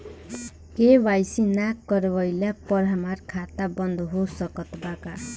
KYC ना करवाइला पर हमार खाता बंद हो सकत बा का?